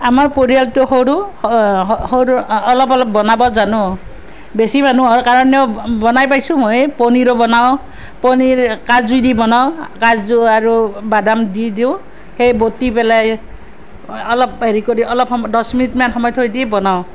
আমাৰ পৰিয়ালটো সৰু সৰু অলপ অলপ বনাব জানোঁ বেছি মানুহৰ কাৰণেও বনাই পাইছোঁ মই পনীৰ বনাওঁ পনীৰ কাজু দি বনাওঁ কাজু আৰু বাদাম দি দিওঁ সেই বতি পেলাই অলপ হেৰি কৰি অলপ সময় দহ মিনিটমান সময় থৈ দি বনাওঁ